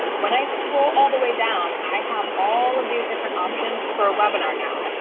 when i scroll all the way down, i have all of these different options for a webinar. now.